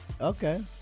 Okay